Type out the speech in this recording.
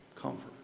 comfort